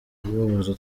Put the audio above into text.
kubabuza